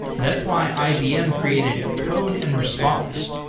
that's why ibm created code and response,